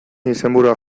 izenburua